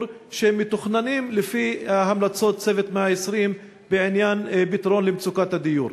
שמתוכננים לפי המלצות "צוות 120 הימים" בעניין פתרון מצוקת הדיור.